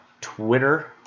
Twitter